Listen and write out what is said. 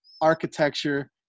architecture